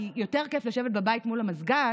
כי יותר כיף לשבת בבית מול המזגן,